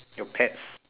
your pets